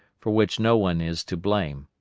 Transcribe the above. for which no one is to blame.